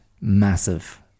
massive